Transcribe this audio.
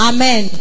Amen